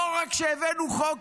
לא רק שלא הבאנו חוק